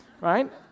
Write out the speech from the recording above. right